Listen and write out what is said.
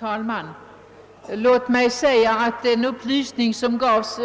Herr talman! Låt mig säga att den upplysning som gavs —